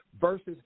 versus